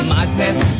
Madness